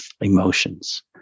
emotions